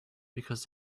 because